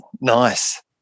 nice